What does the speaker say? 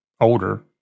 older